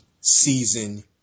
season